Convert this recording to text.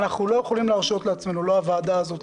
לא הוועדה הזאת,